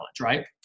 right